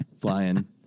flying